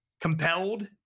compelled